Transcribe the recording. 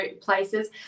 places